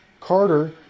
Carter